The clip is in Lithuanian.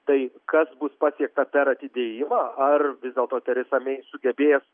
tai kas bus pasiekta per atidėjimą ar vis dėlto teresa mei sugebės